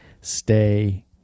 stay